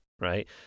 right